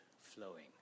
flowing